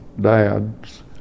Dad's